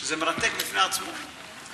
שזה מרתק בפני עצמו.